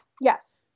yes